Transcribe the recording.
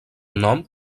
nom